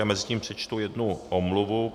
Mezitím přečtu jednu omluvu.